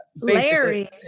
larry